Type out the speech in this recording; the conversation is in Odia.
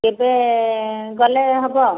କେବେ ଗଲେ ହେବ